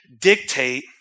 dictate